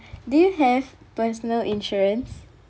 do you have personal insurance